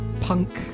punk